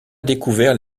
découvert